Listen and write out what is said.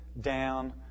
down